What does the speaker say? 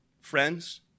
friends